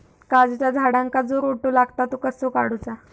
काजूच्या झाडांका जो रोटो लागता तो कसो काडुचो?